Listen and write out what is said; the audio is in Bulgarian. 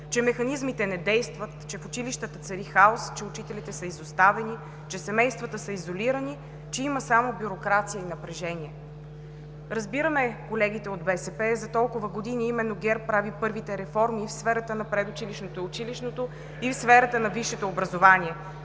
че механизмите не действат, че в училищата цари хаос, че учителите са изоставени, че семействата са изолирани, че има само бюрокрация и напрежение. Разбираме колегите от БСП. За толкова години именно ГЕРБ прави първите реформи в сферата на предучилищното и училищното и в сферата на висшето образование